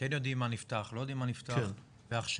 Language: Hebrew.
כן יודעים מה נפתח, לא יודעים מה נפתח, והכשרה.